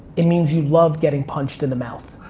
it means you love getting punched in the mouth.